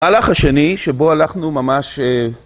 המהלך השני, שבו הלכנו ממש...